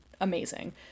amazing